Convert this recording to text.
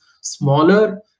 smaller